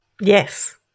yes